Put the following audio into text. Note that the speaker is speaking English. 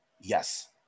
Yes